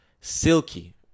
silky